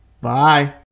Bye